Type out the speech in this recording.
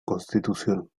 constitución